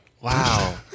Wow